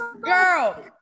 Girl